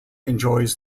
enjoys